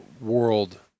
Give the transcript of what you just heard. world